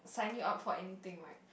sign you up for anything right